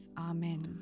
Amen